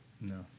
No